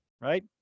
Right